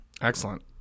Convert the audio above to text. excellent